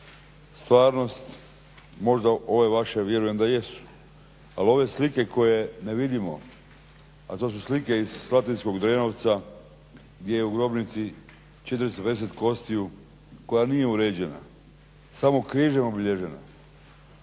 stvarnost možda ove vaše vjerujem da jesu, ali ove slike koje ne vidimo, a to su slike iz Slatinskog Drenovca, gdje je u grobnici 410 kostiju, koja nije uređena, samo križem obilježena.